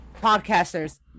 podcasters